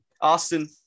Austin